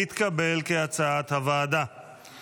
כהצעת הוועדה, התקבל.